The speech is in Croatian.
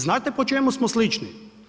Znate po čemu smo slični?